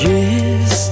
Yes